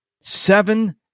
seven